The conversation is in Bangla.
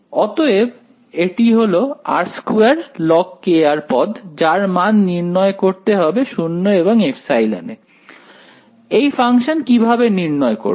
অতএব এটি হলো r2log পদ যার মান নির্ণয় করতে হবে 0 এবং ε এ এই ফাংশন কিভাবে নির্ণয় করব